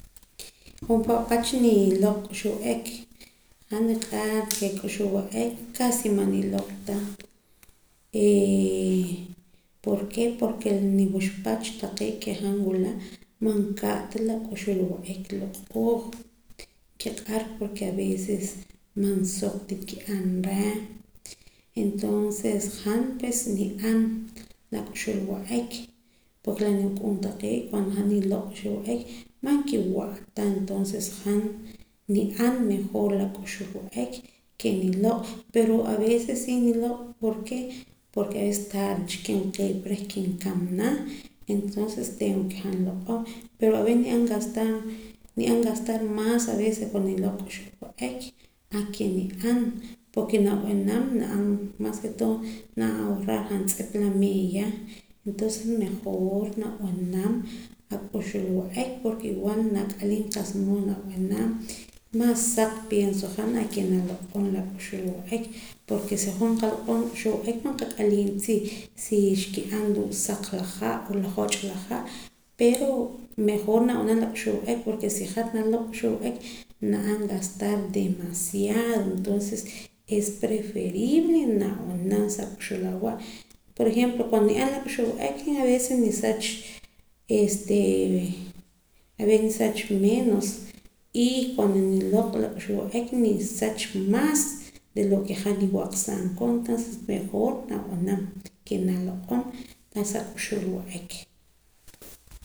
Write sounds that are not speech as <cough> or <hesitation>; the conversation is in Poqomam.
Jumpa' pach niloq' k'uxb'al wa'ek han niq'ar ke k'uxb'al wa'ek casi man niloq' ta <hesitation> ¿por qué? Porke niwuxpach taqee' ke han wula man ka'ta la k'uxb'al wa'ek loq'ooj nkiq'ar ke aveces man suq ta nki'an reh entonces han pues ni'an la k'uxb'al wa'ek porke la wuk'uun taqee' naq han niloq' k'uxb'al wa'ek man kiwa'a ta entonces han ni'an mejor la k'uxb'al wa'ek ke niloq' pero aveces si niloq' ¿por qué? Porke aveces taarda cha kinqee pa reh kinkamana entonces tengo ke han loq'om pero aveces ni'an gastar maas aveces cuando niloq' k'uxb'al wa'ek a ke ni'an porke nab'anam na'an mas ke todo na'an ahorrar jantz'ip la meeya entonce mejor nab'anam a k'uxul wa'ek porke igual at'aliim qa'sa mood nab'an maas suq piensohan a ke naloq'om la k'uxb'al wa'ek porke si hoj nqaloq'om la k'uxul wa'ek man qat'aliim ta si x k'ian ruu' saq la ha' o la joch' la ha' pero mejor nab'anam la k'uxb'al wa'ek porke si hat na loq' k'uxb'al wa'ek na'an gastar demasiado entonces espreferrible na b'anam sa ak'uxb'al awa' por ejemplo cuando ni'an la k'uxb'al wa'ek aveces ni sach <hesitation> aves ni sach menos y cuando niloq' la k'ueb'al wa'ek nisach maas de lo ke han niwaqsaam koon entonces mejor nab'anam ke naloq'om la sa k'uxb'al wa'ek